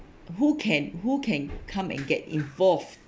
who can who can come and get involved